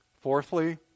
Fourthly